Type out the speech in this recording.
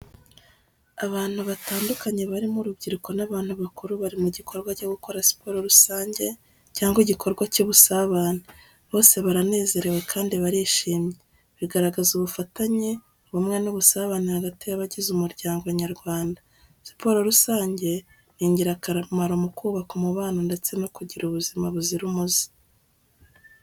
Abantu batandukanye barimo urubyiruko n’abantu bakuru bari mu gikorwa cyo gukora siporo rusange cyangwa igikorwa cy’ubusabane. Bose baranezerewe kandi barishimye, bigaragaza ubufatanye, ubumwe n’ubusabane hagati y’abagize umuryango nyarwanda. Siporo rusange ni ingirakamaro mu kubaka umubano ndetse no kugira ubuzima buzira umuze.